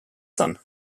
son